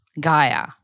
Gaia